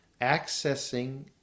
accessing